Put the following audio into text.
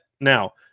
Now